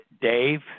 Dave